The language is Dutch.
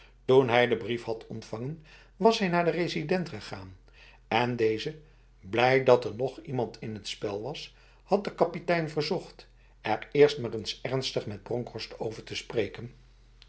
gehadtoen hij de brief had ontvangen was hij naar de resident gegaan en deze blij dat er nog iemand in het spel was had de kapitein verzocht er eerst maar eens ernstig met bronkhorst over te spreken